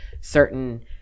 certain